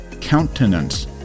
countenance